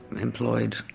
employed